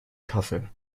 kassel